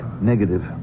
Negative